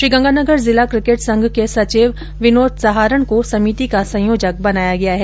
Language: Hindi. श्रीगंगानगर जिला किकेट संघ के सचिव विनोद सहारण को समिति का संयोजक बनाया गया है